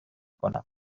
کنم